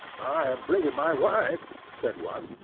i am bringing my wife, said one.